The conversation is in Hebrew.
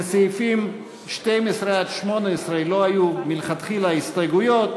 לסעיפים 12 18 לא היו מלכתחילה הסתייגויות.